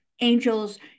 angels